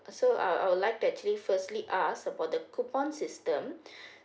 so I I would like to actually firstly uh ask about the coupon system